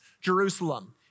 Jerusalem